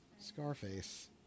Scarface